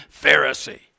Pharisee